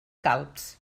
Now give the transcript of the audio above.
calbs